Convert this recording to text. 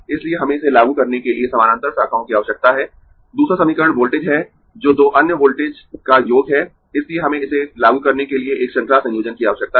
इसलिए हमें इसे लागू करने के लिए समानांतर शाखाओं की आवश्यकता है दूसरा समीकरण वोल्टेज है जो दो अन्य वोल्टेज का योग है इसलिए हमें इसे लागू करने के लिए एक श्रृंखला संयोजन की आवश्यकता है